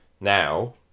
now